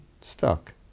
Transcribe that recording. stuck